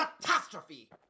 catastrophe